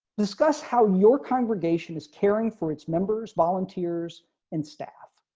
discuss how your congregation is caring for its members volunteers and staff.